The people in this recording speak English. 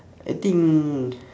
I think